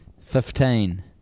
Fifteen